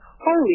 holy